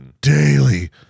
Daily